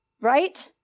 right